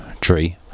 tree